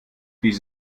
dies